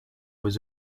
was